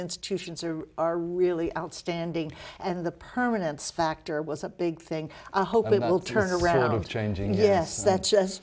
institutions are are really outstanding and the permanence factor was a big thing i hope they will turn around of changing yes that's just